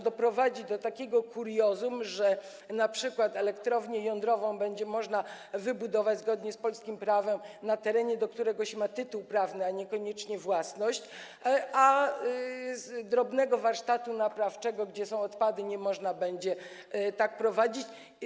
Doprowadzi to do takiego kuriozum, że np. elektrownię jądrową będzie można wybudować zgodnie z polskim prawem na terenie, do którego się ma tytuł prawny, a nie koniecznie własności, a drobnego warsztatu naprawczego, gdzie są odpady, nie będzie można prowadzić.